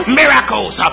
miracles